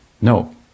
no